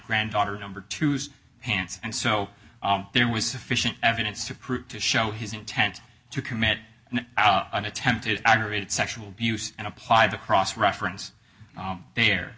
granddaughter number two's hands and so there was sufficient evidence to prove to show his intent to commit an attempted aggravated sexual abuse and apply the cross reference